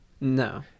No